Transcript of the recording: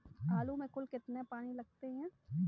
आलू में कुल कितने पानी लगते हैं?